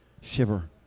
Shiver